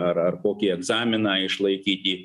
ar ar kokį egzaminą išlaikyti